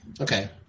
Okay